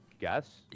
guess